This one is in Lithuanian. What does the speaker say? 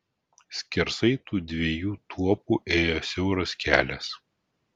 skersai tų dviejų tuopų ėjo siauras kelias